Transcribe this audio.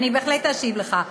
אני אשיב לך,